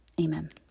Amen